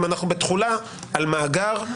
אם אנחנו בתחולה על מאגר,